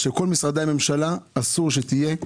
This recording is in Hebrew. התעלמות של כל משרדי הממשלה, אסור שתהיה.